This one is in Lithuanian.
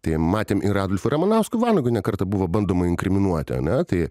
tai matėm ir adolfu ramanausku vanagu ne kartą buvo bandoma inkriminuoti ane tai